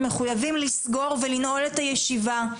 אנחנו מחויבים לסגור ולנעול את הישיבה.